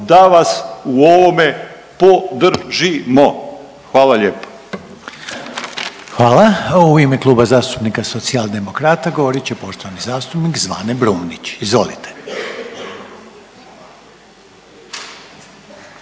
da vas u ovome podržimo. Hvala lijepa. **Reiner, Željko (HDZ)** Hvala. U ime Kluba zastupnika Socijaldemokrata govorit će poštovani zastupnik Zvane Brumnić. Izvolite.